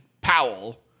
Powell